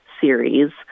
series